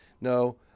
No